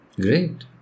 Great